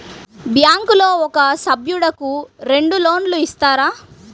బ్యాంకులో ఒక సభ్యుడకు రెండు లోన్లు ఇస్తారా?